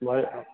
वयः